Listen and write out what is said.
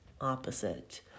opposite